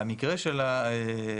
המקרה של הילד,